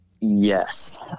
yes